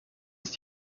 ist